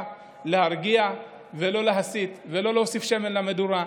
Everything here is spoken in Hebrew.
להרגיע ולא להסית ולא להוסיף שמן למדורה.